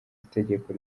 itegeko